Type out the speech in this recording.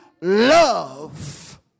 love